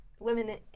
women